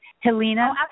Helena